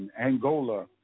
angola